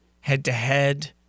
head-to-head